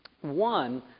One